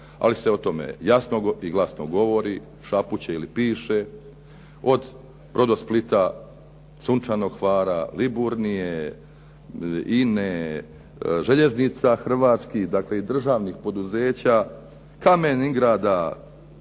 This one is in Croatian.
ali se o tome jasno i glasno govori, šapuće ili piše od Brodosplita. Sunčanog Hvala, Liburnije, INA-e, Željeznica hrvatskih, dakle i državnih poduzeća, Kameningrada,